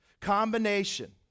combination